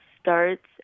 starts